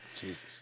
Jesus